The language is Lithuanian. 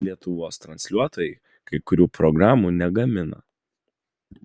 lietuvos transliuotojai kai kurių programų negamina